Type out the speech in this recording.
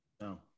No